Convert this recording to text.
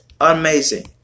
Amazing